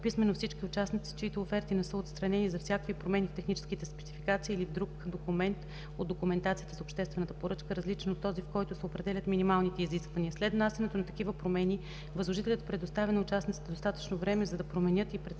писмено всички участници, чиито оферти не са отстранени за всякакви промени в техническите спецификации или в друг документ от документацията за обществената поръчка, различен от този, в който се определят минималните изисквания. След внасянето на такива промени възложителят предоставя на участниците достатъчно време, за да променят и да представят